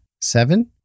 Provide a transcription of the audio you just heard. Seven